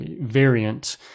variant